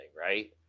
right